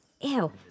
Ew